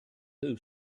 who